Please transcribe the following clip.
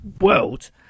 world